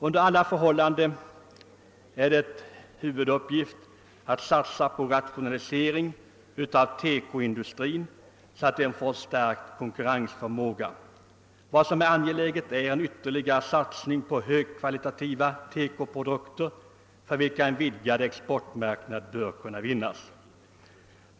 Under alla förhållanden är det cn huvuduppgift att satsa på rationalisering av TEKO-industrierna, så alt deras konkurrensförmåga stärkes. Vad som är angeläget är en ytterligare sats ning på högkvalitativa TEKO-produkter, för vilka en vidgad exportmarknad bör kunna vinnas.